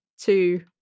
Two